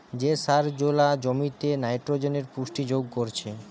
যে সার জোলা জমিতে নাইট্রোজেনের পুষ্টি যোগ করছে